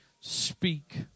speak